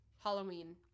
halloween